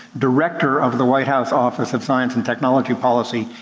director of the white house office of science and technology policy,